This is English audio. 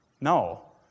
No